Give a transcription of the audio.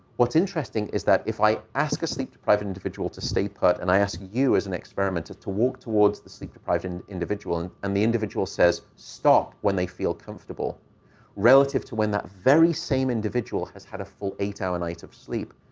what's interesting is that if i ask a sleep-deprived an individual to stay put, and i ask you, as an experimenter, to walk towards the sleep deprived and individual, and and the individual says, stop, when they feel comfortable relative to when that very same individual has had a full eight-hour night of sleep.